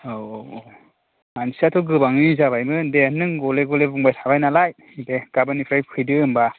औ औ मानसियाथ' गोबाङैनो जाबायमोन दे नों गले गले बुंबाय थाबाय नालाय दे गाबोननिफ्राय फैदो होनबा